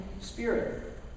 spirit